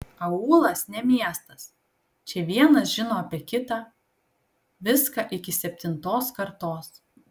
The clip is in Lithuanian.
aūlas ne miestas čia vienas žino apie kitą viską iki septintos kartos